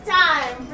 time